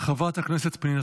חברת הכנסת פנינה